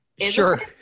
Sure